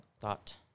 thought